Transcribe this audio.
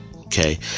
Okay